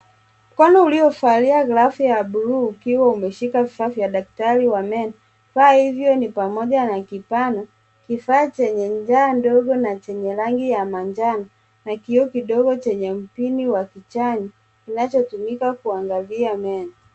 Mkono uliovalia glavu ya bluu ukiwa umeshika vifaa vya daktari wa meno. Vifaa hivyo ni pamoja na kibano, kifaa chenye ncha ndogo na chenye rangi ya manjano na kioo kidogo chenye mpini wa kijani kinachotumika kuangalia meno.